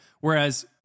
Whereas